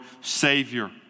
Savior